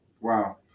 Wow